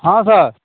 हँ सर